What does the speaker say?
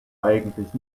eigentlich